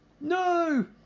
No